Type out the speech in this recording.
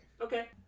Okay